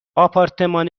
آپارتمان